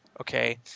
okay